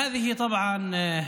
כמובן,